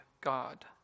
God